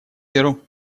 беру